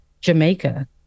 Jamaica